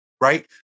Right